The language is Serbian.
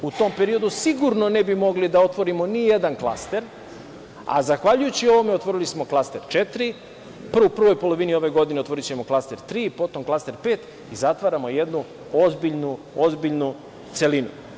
U tom periodu sigurno ne bi mogli da otvorimo ni jedan klaster, a zahvaljujući ovome otvorili smo klaster četiri, a u prvoj polovini ove godine otvorićemo klaster tri, a potom i klaster pet i time zatvaramo jedno ozbiljnu celinu.